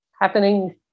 happening